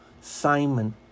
Simon